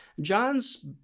John's